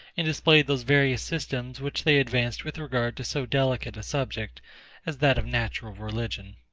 and display those various systems which they advanced with regard to so delicate a subject as that of natural religion.